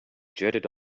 jetted